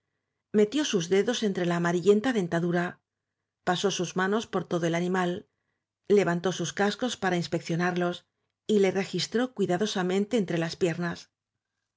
metió sus dedos entre la ama rillenta dentadura pasó sus manos por todo el animal levantó sus cascos para inspeccionar los y le registró cuidadosamente entre las piernas